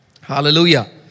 Hallelujah